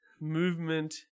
movement